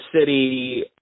City